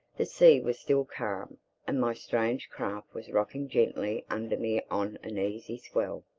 the sea was still calm and my strange craft was rocking gently under me on an easy swell.